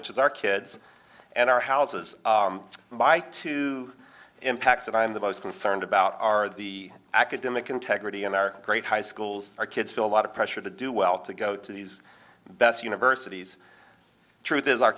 which is our kids and our houses by two impacts that i'm the most concerned about are the academic integrity and our great high schools our kids feel a lot of pressure to do well to go to these best universities truth is our